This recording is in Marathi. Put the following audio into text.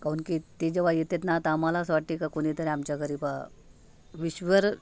काऊन की ते जेव्हा येतात ना तर आम्हाला असं वाटतं का कुनीतरी आमच्या घरी बा ईश्वर